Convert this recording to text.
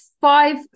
five